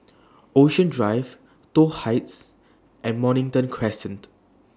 Ocean Drive Toh Heights and Mornington Crescent